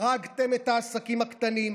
הרגתם את העסקים הקטנים,